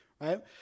right